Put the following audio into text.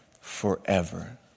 forever